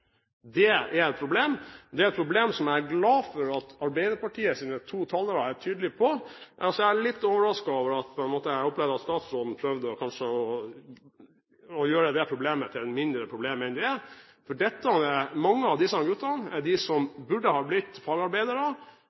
Det er et problem, og det er et problem som jeg er glad for at Arbeiderpartiets to talere er tydelige på. Så er jeg litt overrasket, for jeg opplevde at statsråden prøvde å gjøre det problemet til et mindre problem enn det er. Mange av disse guttene, som burde ha blitt fagarbeidere,